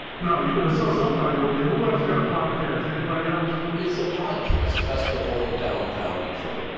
now you, and so somebody over here. who else got a podcast? anybody else? it's a podcast festival in downtown detroit.